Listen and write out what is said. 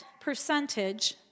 percentage